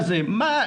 מה?